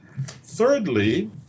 Thirdly